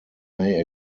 may